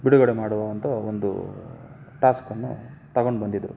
ಬಿಡುಗಡೆ ಮಾಡುವಂಥ ಒಂದು ಟಾಸ್ಕನ್ನು ತಗೊಂಡು ಬಂದಿದ್ದರು